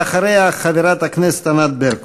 ואחריה, חברת הכנסת ענת ברקו.